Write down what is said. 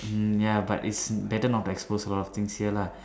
mm ya but it's better not to expose a lot of things here lah